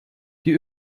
die